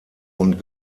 und